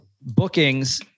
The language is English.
bookings